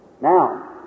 Now